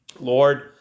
Lord